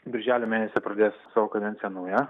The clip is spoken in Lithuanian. birželio mėnesį pradės savo kadenciją nauja